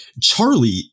Charlie